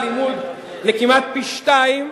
החלטת ממשלת קדימה להעלות את שכר הלימוד לכמעט פי-שניים,